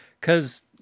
Cause